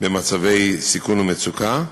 במצבי סיכון ומצוקה,